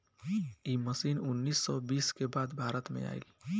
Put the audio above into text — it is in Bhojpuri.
इ मशीन उन्नीस सौ बीस के बाद भारत में आईल